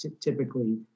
typically